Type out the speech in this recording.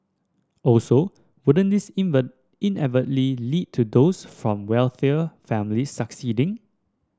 also wouldn't this inadvertently lead to those from wealthier families succeeding